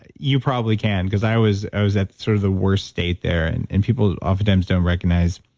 you probably can, because i was i was at sort of the worst state there. and and people often times don't recognize,